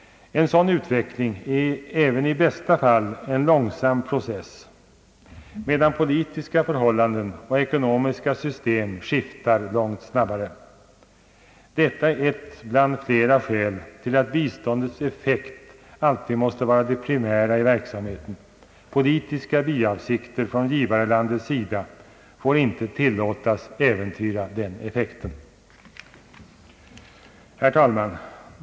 En sådan utveckling är även i bästa fall en långsam process, medan politiska förhållanden och ekonomiska system skiftar långt snabbare. Detta är ett bland flera skäl till att biståndets effekt alltid måste vara det primära i verksamheten. Politiska biavsikter från givarlandets sida får inte tillåtas äventyra den effekten. Herr talman!